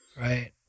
right